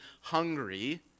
hungry